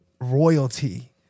royalty